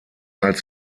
als